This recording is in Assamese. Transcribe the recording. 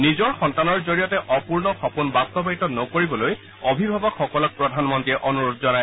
নিজৰ সন্তানৰ জৰিয়তে অপূৰ্ণ সপোন বাস্তৱায়িত নকৰিবলৈ অভিভাৱকসকলক প্ৰধানমন্ত্ৰীয়ে অনুৰোধ জনায়